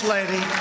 Lady